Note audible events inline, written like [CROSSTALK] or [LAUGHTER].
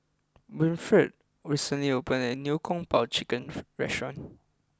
Winnifred recently opened a new Kung Po Chicken [NOISE] restaurant